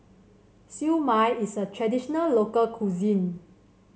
Siew Mai is a traditional local cuisine